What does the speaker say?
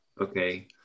okay